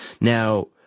Now